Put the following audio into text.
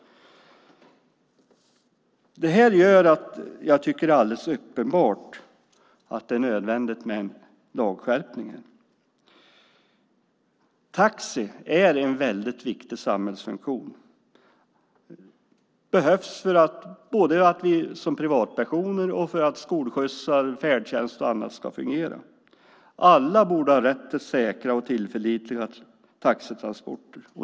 Det är alldeles uppenbart att det är nödvändigt med en lagskärpning. Taxi är en väldigt viktig samhällsfunktion. Den behövs både för oss som privatpersoner och för att skolskjutsar, färdtjänst och annat ska fungera. Alla borde ha rätt till säkra och tillförlitliga taxitransporter.